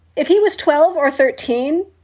if he was twelve or thirteen,